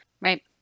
right